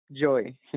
joy